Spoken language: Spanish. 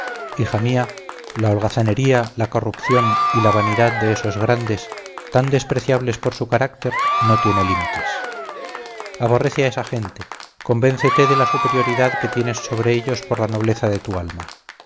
hija mía la holgazanería la corrupción y la vanidad de esos grandes tan despreciables por su carácter no tiene límites aborrece a esa gente convéncete de la superioridad que tienes sobre ellos por la nobleza de tu alma